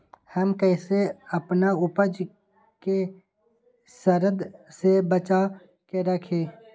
हम कईसे अपना उपज के सरद से बचा के रखी?